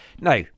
Now